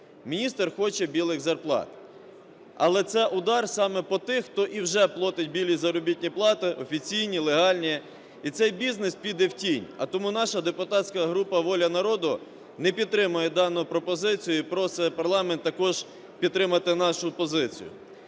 Міністр хоче "білих зарплат", але це удар саме по тих, хто і вже платить "білі заробітні плати", офіційні, легальні, і цей бізнес піде в тінь. А тому наша депутатська група "Воля народу" не підтримує дану пропозицію і просить парламент також підтримати нашу позицію.